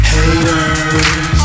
Haters